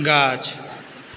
गाछ